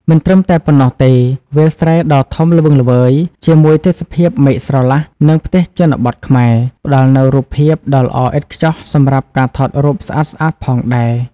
មិនត្រឹមតែប៉ុណ្ណោះទេ វាលស្រែដ៏ធំល្វឹងល្វើយ ជាមួយទេសភាពមេឃស្រឡះ និងផ្ទះជនបទខ្មែរ ផ្ដល់នូវរូបភាពដ៏ល្អឥតខ្ចោះសម្រាប់ការថតរូបស្អាតៗផងដែរ ។